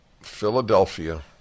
Philadelphia